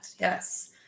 Yes